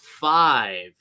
five